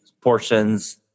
portions